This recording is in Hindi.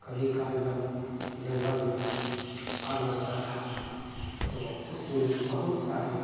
कभी कल जब जंगल में आग लगा देता था तो उसमें बहुत सारे